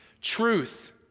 truth